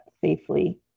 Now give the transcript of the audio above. safely